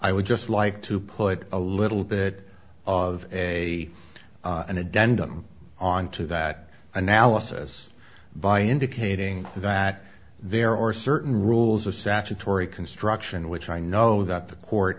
i would just like to put a little bit of a an agenda onto that analysis by indicating that there are certain rules of sacha torrie construction which i know that the court